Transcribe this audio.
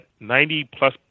90-plus